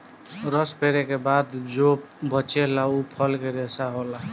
रस पेरे के बाद जो बचेला उ फल के रेशा होला